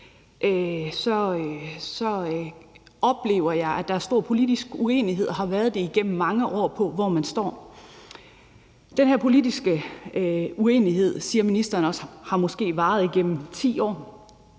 jeg oplever, at der er en stor politisk uenighed, som også har været der igennem mange år, om, hvor man står. Den her politiske uenighed har måske – det siger ministeren også – varet igennem 10 år,